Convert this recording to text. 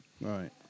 Right